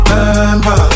Remember